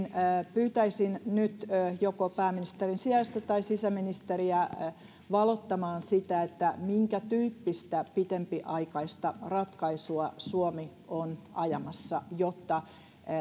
pyytäisin nyt joko pääministerin sijaista tai sisäministeriä valottamaan sitä minkätyyppistä pitempiaikaista ratkaisua suomi on ajamassa jotta